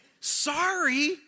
sorry